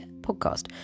podcast